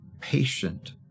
patient